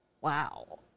wow